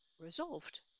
Resolved